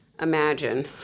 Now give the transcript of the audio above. imagine